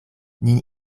nin